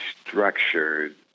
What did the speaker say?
structured